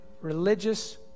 religious